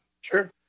sure